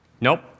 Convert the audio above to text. Nope